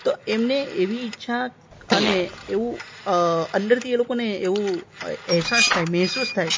તો એમને એવી ઈચ્છા અને એવું અંદરથી એ લોકોને એવું અહેસાસ થાય મહેસુસ થાય